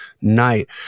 night